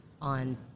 on